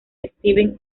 steven